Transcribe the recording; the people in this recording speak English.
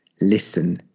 Listen